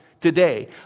Today